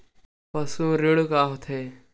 पशु ऋण का होथे?